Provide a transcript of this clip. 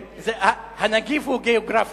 כן, הנגיף הוא גיאוגרפי.